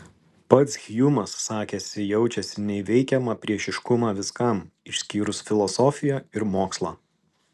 pats hjumas sakėsi jaučiasi neįveikiamą priešiškumą viskam išskyrus filosofiją ir mokslą